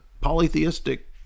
polytheistic